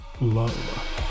Love